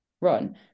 run